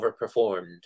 overperformed